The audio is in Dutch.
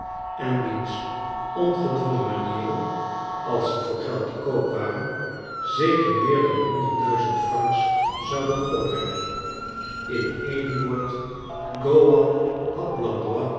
en wiens ongedwongen manieren als ze voor geld te koop waren zeker meer dan honderdduizend francs zouden opbrengen in een woord gowan had blandois